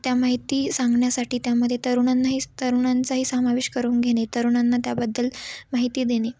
त्या माहिती सांगण्यासाठी त्यामध्ये तरुणांनाही तरुणांचाही समावेश करून घेणे तरुणांना त्याबद्दल माहिती देणे